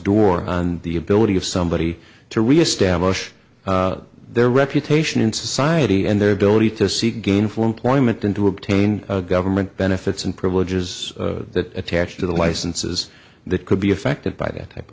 door on the ability of somebody to reestablish their reputation in society and their ability to seek gainful employment and to obtain government benefits and privileges that attach to the licenses that could be affected by that type